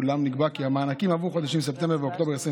אולם נקבע כי המענקים עבור חודשים ספטמבר ואוקטובר 2020